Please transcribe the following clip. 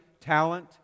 talent